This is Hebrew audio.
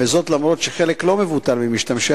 וזאת אף-על-פי שחלק לא מבוטל ממשתמשי